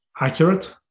accurate